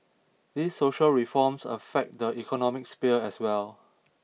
these social reforms affect the economic sphere as well